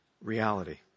reality